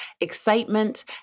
excitement